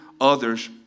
others